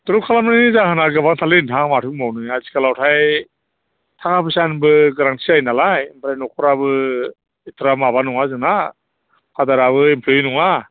द्रप खालामनायनि जाहोना गोबांथारलै नोंथां माथो बुंबावनो आथिखालावहाय थाखा फैसानिबो गोनांथि जायो नालाय ओमफ्राय न'खराबो एथ'ग्राब माबा नङा जोंना फादाराबो इमप्ल'यि नङा